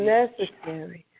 necessary